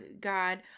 God